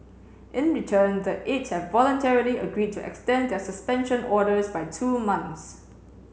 in return the eight have voluntarily agreed to extend their suspension orders by two months